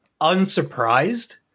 unsurprised